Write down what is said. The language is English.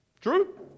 True